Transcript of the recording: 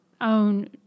own